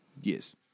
Yes